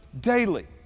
daily